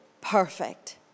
perfect